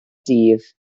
dydd